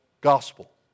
gospel